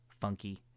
funky